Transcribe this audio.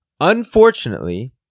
unfortunately